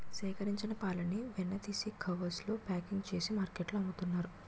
సేకరించిన పాలని వెన్న తీసి కవర్స్ లో ప్యాకింగ్ చేసి మార్కెట్లో అమ్ముతున్నారు